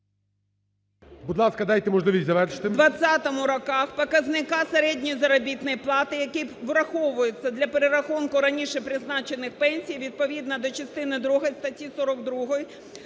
Будь ласка, дайте можливість завершити.